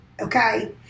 Okay